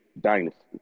dynasty